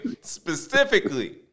specifically